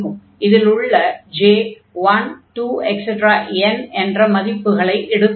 இதில் உள்ள j 1 2 n என்ற மதிப்புகளை எடுக்கும்